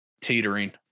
teetering